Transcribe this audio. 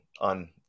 on